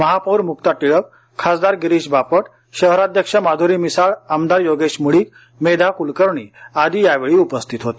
महापौर मुक्ता टिळक खासदार गिरीश बापट शहराध्यक्ष माध्री मिसाळ आमदार योगेश मुळीक मेधा कुलकर्णी आदी यावेळी उपस्थित होते